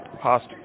past